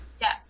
Yes